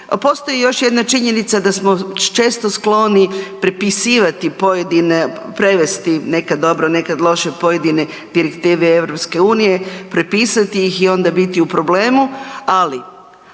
Postoji još jedna činjenica da smo često skloni prepisivati pojedine, prevesti nekad dobro nekad lošije pojedine direktive EU, prepisati ih i onda biti u problemu, ali